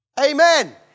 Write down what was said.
Amen